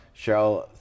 Cheryl